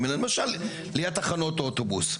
למשל, ליד תחנות אוטובוס.